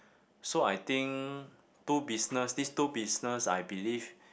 so I think two business these two business I believe